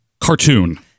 cartoon